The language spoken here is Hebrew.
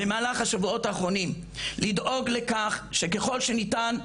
במהלך השבועות האחרונים, לדאוג לכך שככול שניתן,